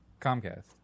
Comcast